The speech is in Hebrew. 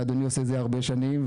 ואדוני עושה את זה הרבה שנים,